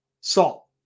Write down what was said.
salt